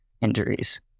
injuries